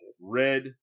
Red